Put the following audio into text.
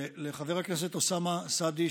לחבר הכנסת אוסאמה סעדי,